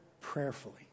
prayerfully